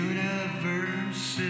Universe